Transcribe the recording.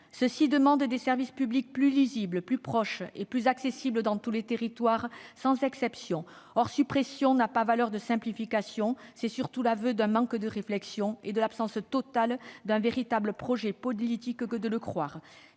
Ils demandent des services publics plus lisibles, plus proches et plus accessibles dans tous les territoires, sans exception. Or suppression n'a pas valeur de simplification : c'est l'aveu d'un manque de réflexion et de l'absence totale d'un véritable projet politique que de le croire.